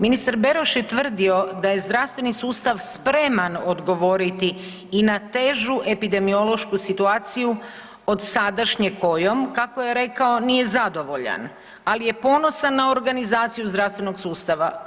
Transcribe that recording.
Ministar Beroš je tvrdio da je zdravstveni sustav spreman odgovoriti i na težu epidemiološku situaciju od sadašnje kojom, kako je rekao, nije zadovoljan, ali je ponosan na organizaciju zdravstvenog sustava.